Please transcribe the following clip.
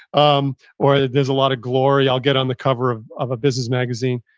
um or there's a lot of glory. i'll get on the cover of of a business magazine.